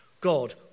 God